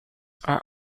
are